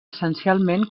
essencialment